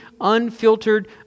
unfiltered